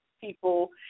people